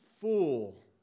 fool